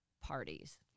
parties